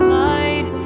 light